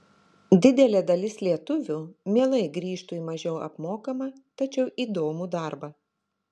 didelė dalis lietuvių mielai grįžtų į mažiau apmokamą tačiau įdomų darbą